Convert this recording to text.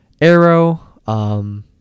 arrow